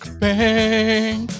bang